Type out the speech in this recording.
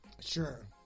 sure